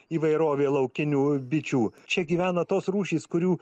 įvairovė laukinių bičių čia gyvena tos rūšys kurių